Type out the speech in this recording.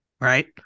right